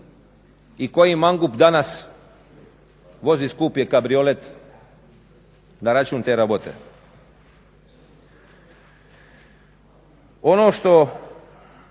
i koji mangup danas vozi skupi kabriolet na račun te rabote? Ono što